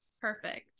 perfect